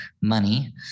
money